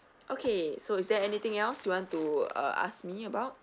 okay so is there anything else you want to uh ask me about